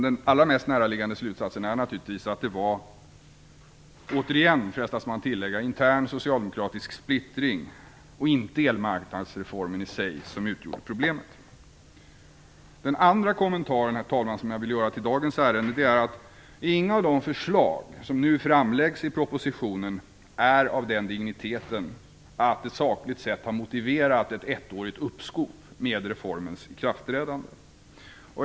Den mest näraliggande slutsatsen är naturligtvis ändå att det var - återigen, frestas man tillägga - intern socialdemokratisk splittring och inte elmarknadsreformen i sig som utgjorde problemet. Den andra kommentar jag vill göra till dagens ärende, herr talman, är att inga av de förslag som nu framläggs i propositionen är av den digniteten att de sakligt sett har motiverat ett ettårigt uppskov med reformens ikraftträdande.